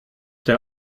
der